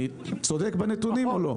אני צודק בנתונים או לא?